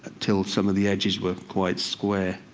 till some of the edges were quite square.